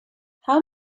how